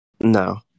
No